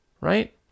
Right